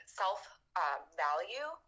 self-value